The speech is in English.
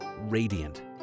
radiant